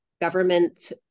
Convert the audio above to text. government